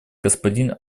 господин